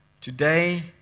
today